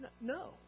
No